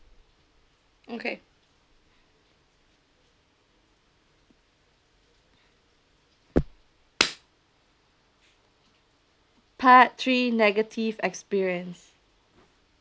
okay part three negative experience